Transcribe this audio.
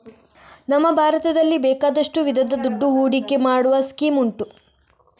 ನಮ್ಮ ಭಾರತದಲ್ಲಿ ಬೇಕಾದಷ್ಟು ವಿಧದ ದುಡ್ಡು ಹೂಡಿಕೆ ಮಾಡುವ ಸ್ಕೀಮ್ ಉಂಟು